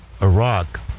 Iraq